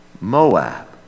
Moab